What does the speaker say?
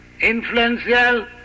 influential